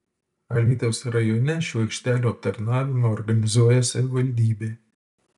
alytaus rajone šių aikštelių aptarnavimą organizuoja savivaldybė